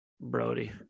Brody